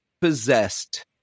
possessed